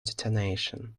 detonation